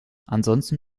ansonsten